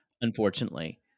unfortunately